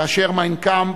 כאשר "מיין קאמפף"